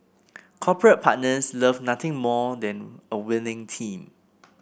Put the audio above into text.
corporate partners love nothing more than a winning team